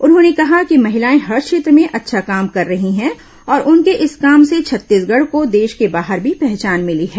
उन्होंने कहा कि महिलाए हर क्षेत्र में अच्छा काम कर रही हैं और उनके इस काम से छत्तीसगढ़ को देश के बाहर भी पहचान मिली है